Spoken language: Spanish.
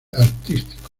artístico